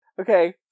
Okay